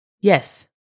yes